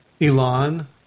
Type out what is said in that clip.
Elon